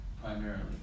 primarily